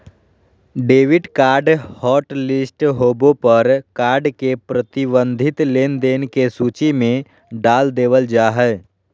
debit card hotlist होबे पर card के प्रतिबंधित लेनदेन के सूची में डाल देबल जा हय